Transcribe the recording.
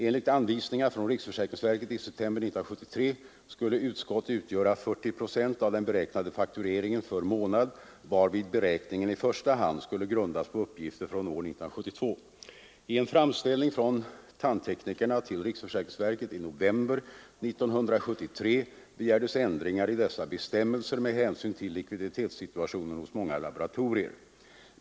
Enligt anvisningar från riksförsäkringsverket i september 1973 skulle förskottet utgöra 40 procent av den beräknade faktureringen för månad, varvid beräkningen i första hand skulle grundas på uppgifter från år 1972. I en framställning från tandteknikerna till riksförsäkringsverket i november 1973 begärdes ändringar i dessa bestämmelser med hänsyn till likviditetssituationen hos många laboratorier.